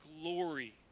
glory